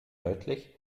deutlich